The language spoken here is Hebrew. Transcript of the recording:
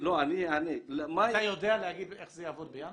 אתה יודע להגיד איך זה יעבוד בינואר?